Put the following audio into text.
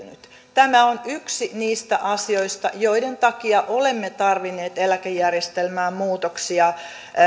tämä on yksi niistä asioista joiden takia olemme tarvinneet eläkejärjestelmään muutoksia